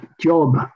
job